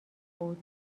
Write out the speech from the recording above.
بود